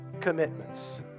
commitments